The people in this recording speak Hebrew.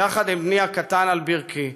יחד עם בני הקטן על ברכיי.